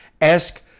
Ask